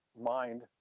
mind